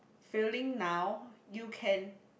feeling now you can